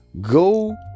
go